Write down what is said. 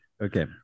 Okay